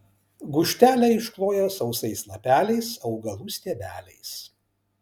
gūžtelę iškloja sausais lapeliais augalų stiebeliais